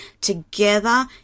together